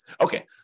Okay